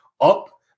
up